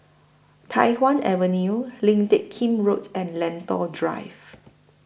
Tai Hwan Avenue Lim Teck Kim Road and Lentor Drive